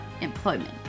employment